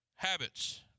Habits